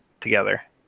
together